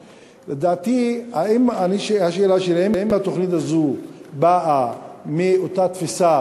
5. השאלה שלי: האם התוכנית הזאת באה מאותה תפיסה